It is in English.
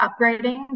upgrading